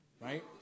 right